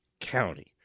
County